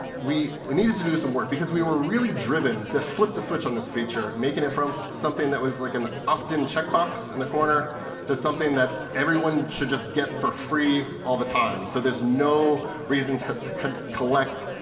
we we needed to do some work, because we were really driven to flip the switch on this feature making it from something that was like an often checked box in the corner to something that everyone should just get for free all the time. so there's no reason to to kind of collect,